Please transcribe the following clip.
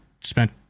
spent